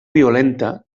violenta